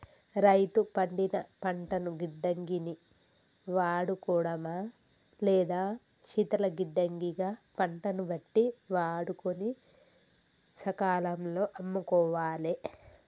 రైతు పండిన పంటను గిడ్డంగి ని వాడుకోడమా లేదా శీతల గిడ్డంగి గ పంటను బట్టి వాడుకొని సకాలం లో అమ్ముకోవాలె